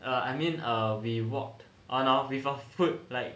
I mean err we walked on with our foot like